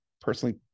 personally